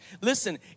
Listen